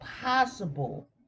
possible